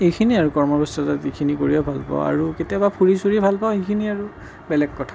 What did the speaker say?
সেইখিনি আৰু কৰ্ম ব্যস্ততা যিখিনি কৰি ভাল পাওঁ আৰু কেতিয়াবা ফুৰি চুৰি ভাল পাওঁ সেইখিনি আৰু বেলেগ কথা